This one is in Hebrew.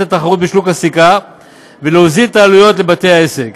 התחרות בשוק הסליקה ויוזיל את העלויות לבתי העסק.